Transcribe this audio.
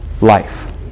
life